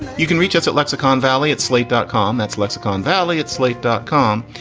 you can reach us at lexicon valley at slate dot com. that's lexicon valley at slate dot com.